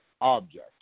object